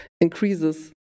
increases